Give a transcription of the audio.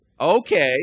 Okay